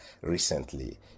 recently